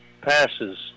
Passes